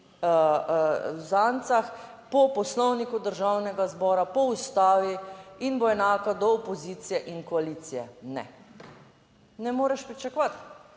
uzancah, po poslovniku Državnega zbora, po Ustavi in bo enaka do opozicije in koalicije. Ne. Ne moreš pričakovati.